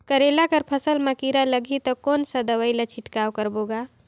करेला कर फसल मा कीरा लगही ता कौन सा दवाई ला छिड़काव करबो गा?